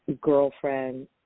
girlfriend